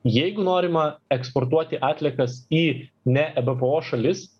jeigu norima eksportuoti atliekas į ne ebpo šalis